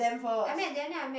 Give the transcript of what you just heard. I met Daniel I met